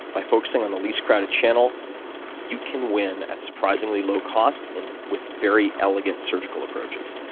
by focusing on the least crowded channel you can win at surprisingly low cost and with very elegant surgical approaches.